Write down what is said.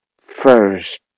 First